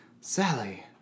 Sally